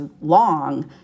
long